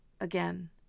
again